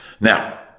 now